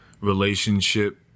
relationship